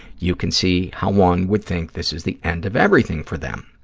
you can see how one would think this is the end of everything for them.